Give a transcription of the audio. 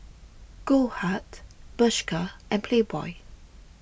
Goldheart Bershka and Playboy